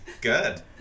Good